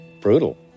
Brutal